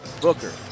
Booker